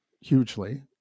hugely